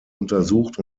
untersucht